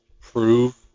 prove